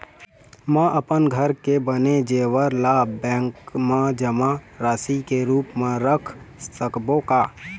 म अपन घर के बने जेवर ला बैंक म जमा राशि के रूप म रख सकबो का?